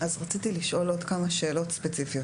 רציתי לשאול עוד כמה שאלות ספציפיות,